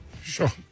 Sure